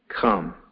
Come